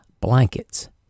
blankets